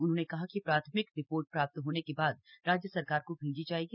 उन्होंने कहा कि प्राथमिक रिपोर्ट प्राप्त होने के बाद राज्य सरकार को भेजी जाएगी